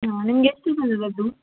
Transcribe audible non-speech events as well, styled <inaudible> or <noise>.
ಹಾಂ ನಿಮ್ಗೆ ಎಷ್ಟು <unintelligible>